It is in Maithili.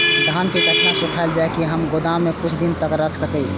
धान के केतना सुखायल जाय की हम गोदाम में कुछ दिन तक रख सकिए?